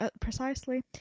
precisely